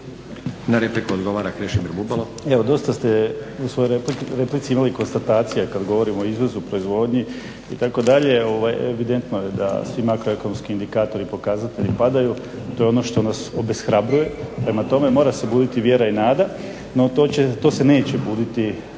Bubalo. **Bubalo, Krešimir (HDSSB)** Evo dosta ste u svojoj replici imali konstatacija. Kad govorimo o izvozu, proizvodnji itd. evidentno je da svi makroekonomski indikatori i pokazatelji padaju, to je ono što nas obeshrabruje. Prema tome, mora se buditi vjera i nada. No to se neće buditi